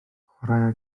chwaraea